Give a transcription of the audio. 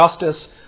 justice